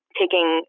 taking